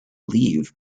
leave